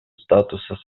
статуса